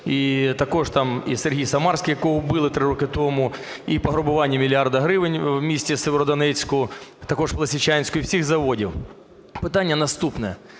і Сергій Самарський, якого вбили три роки тому, і пограбування мільярда гривень в місті Сєверодонецьку і також в Лисичанську, і всіх заводів. Питання наступне.